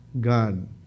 God